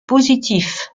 positif